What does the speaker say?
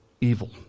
evil